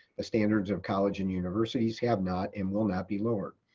standards of college and universities have not, and will not be lowered.